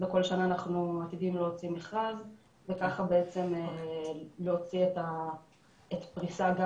בכל שנה אנחנו עתידים להוציא מכרז וכך להוציא את הפריסה גם